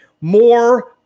more